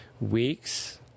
weeks